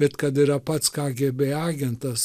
bet kad yra pats kgb agentas